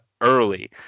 early